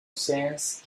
sense